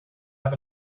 have